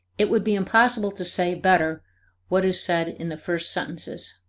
it would be impossible to say better what is said in the first sentences.